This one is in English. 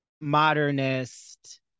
modernist